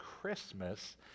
Christmas